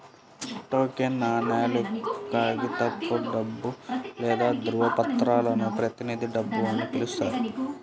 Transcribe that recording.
token నాణేలు, కాగితపు డబ్బు లేదా ధ్రువపత్రాలను ప్రతినిధి డబ్బు అని పిలుస్తారు